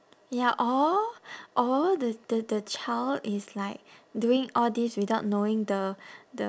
ya or or the the the child is like doing all this without knowing the the